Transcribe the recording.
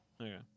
Okay